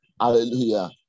hallelujah